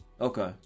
Okay